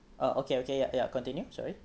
oh okay okay yeah yeah continue sorry